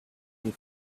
you